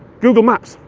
google maps.